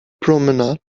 promenade